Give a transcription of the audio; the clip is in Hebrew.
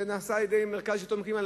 זה נעשה על-ידי המרכז לשלטון מקומי,